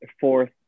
fourth